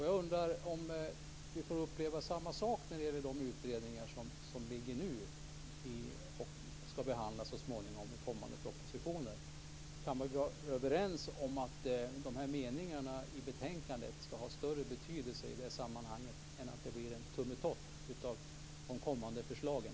Jag undrar om vi får uppleva samma sak när det gäller de utredningar som nu ligger för behandling i kommande propositioner. Kan vi vara överens om att de här meningarna i betänkandet ska ha större betydelse i sammanhanget än att det blir en tummetott av de kommande förslagen?